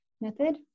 method